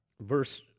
verse